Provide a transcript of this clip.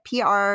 PR